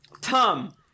Tom